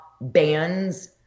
bands